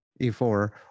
E4